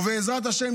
בעזרת השם,